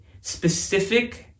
specific